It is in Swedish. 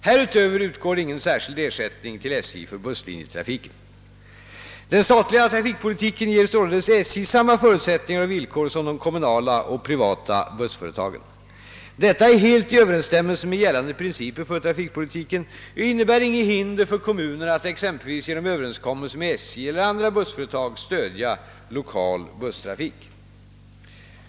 Härutöver utgår ingen särskild ersättning till SJ för busslinjetrafiken, Den statliga trafikpolitiken ger således SJ samma förutsättningar och villkor som de kommunala och privata bussföretagen. Detta är helt i överensstämmelse med gällande principer för trafikpolitiken och innebär inget hinder för kommuner att exempelvis genom överenskommelser med SJ eller andra bussföretag stödja lokal busstrafik.